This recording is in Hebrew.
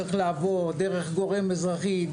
צריך לעבור דרך גורם אזרחי,